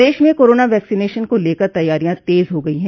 प्रदेश में corona vaccination को लेकर तैयारियां तेज हो गई हैं